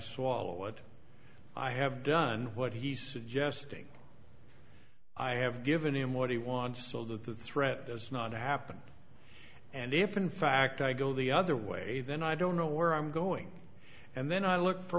swallow what i have done what he's suggesting i have given him what he wants so that the threat does not happen and if in fact i go the other way then i don't know where i'm going and then i look for